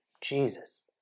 Jesus